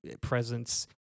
presence